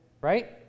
Right